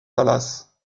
dallas